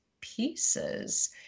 pieces